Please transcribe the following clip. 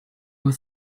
was